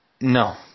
No